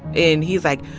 and he's, like,